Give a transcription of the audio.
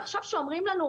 ועכשיו שאומרים לנו: